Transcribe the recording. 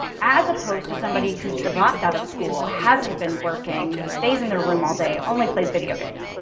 as opposed to somebody who's dropped out of school, hasn't been working, stays in their room all day, only plays video games.